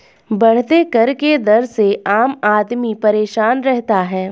बढ़ते कर के दर से आम आदमी परेशान रहता है